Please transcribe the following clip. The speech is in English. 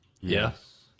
Yes